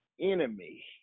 enemy